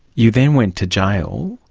you then went to jail.